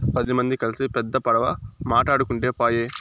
పది మంది కల్సి పెద్ద పడవ మాటాడుకుంటే పాయె